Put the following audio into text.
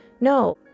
No